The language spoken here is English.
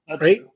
right